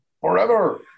Forever